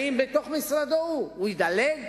האם בתוך משרדו הוא ידלג